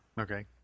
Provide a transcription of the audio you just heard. Okay